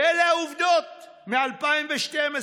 ואלה העובדות מ-2012,